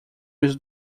meus